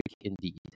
indeed